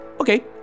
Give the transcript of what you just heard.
Okay